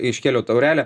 iškėliau taurelę